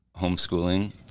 homeschooling